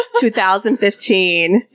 2015